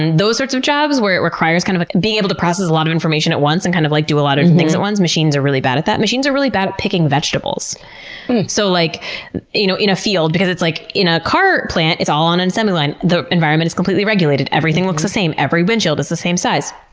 and those sorts of jobs where it requires kind of being able to process a lot of information at once and kind of like do a lot of things at once, machines are really bad at that. machines are really bad at picking vegetables so like you know in a field, because like in a car plant it's all on an assembly line. the environment is completely regulated, everything looks the same, every windshield is the same size.